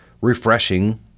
refreshing